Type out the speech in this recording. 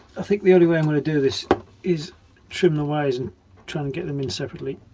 i think the only way i'm going to do this is trim the wires and try and get them in separately